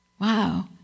Wow